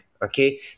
okay